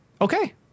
Okay